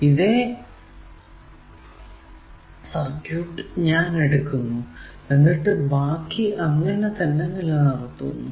ഇതേ സർക്യൂട് ഞാൻ എടുക്കുന്നു എന്നിട്ടു ബാക്കി അങ്ങനെ തന്നെ നിലനിർത്തുന്നു